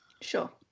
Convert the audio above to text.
sure